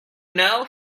know